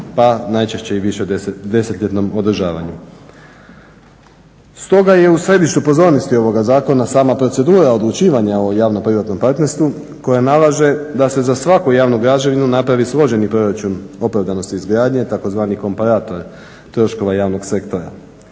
pa najčešće višedesetljetnom održavanju. Stoga je u središtu pozornosti ovoga zakona sama procedura odlučivanja o javno-privatnom partnerstvu koja nalaže da se za svaku javnu građevinu napravi složeni proračun opravdanosti izgradnje, tzv. komparator troškova javnog sektora.